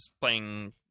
playing